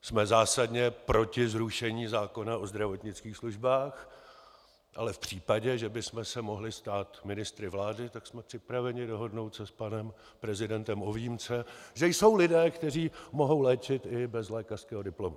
Jsme zásadně proti zrušení zákona o zdravotnických službách, ale v případě, že bychom se mohli stát ministry vlády, tak jsme připraveni dohodnout se s panem prezidentem o výjimce, že jsou lidé, kteří mohou léčit i bez lékařského diplomu.